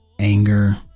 anger